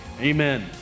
Amen